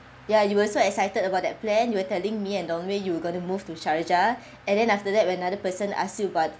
ya you were so excited about that plan you were telling me and don wei you were going to move to sharjah and then after that another person ask you about